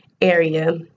area